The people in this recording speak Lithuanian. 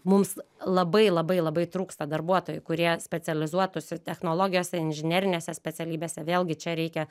mums labai labai labai trūksta darbuotojų kurie specializuotųsi technologijose inžinerinėse specialybėse vėlgi čia reikia